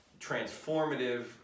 transformative